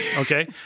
okay